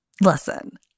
Listen